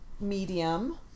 medium